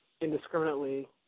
indiscriminately